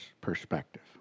perspective